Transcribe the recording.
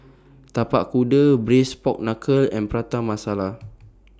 Tapak Kuda Braised Pork Knuckle and Prata Masala